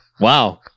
wow